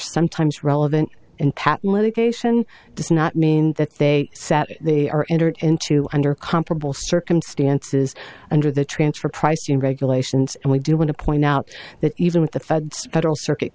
sometimes relevant and kept medication to not mean that they sat they are entered into under comparable circumstances under the transfer pricing regulations and we do want to point out that even with the feds federal circuit